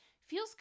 feels